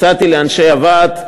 הצעתי לאנשי הוועד,